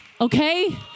okay